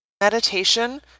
Meditation